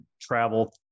travel